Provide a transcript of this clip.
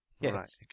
Yes